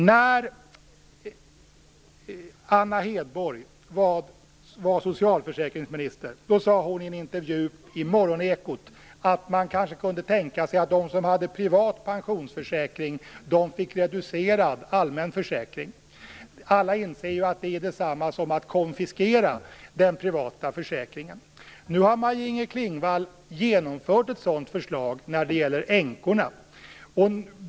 När Anna Hedborg var socialförsäkringsminister sade hon i en intervju i Morgonekot att man kanske kunde tänka sig att de som hade privat pensionsförsäkring fick reducerad allmän försäkring. Alla inser att det är det samma som att konfiskera den privata försäkringen. Nu har Maj-Inger Klingvall genomfört ett sådant förslag när det gäller änkorna.